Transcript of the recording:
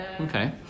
okay